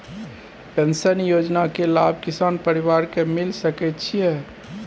Pension योजना के लाभ किसान परिवार के मिल सके छिए?